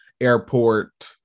airport